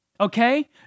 okay